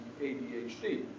ADHD